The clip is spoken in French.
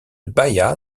bahia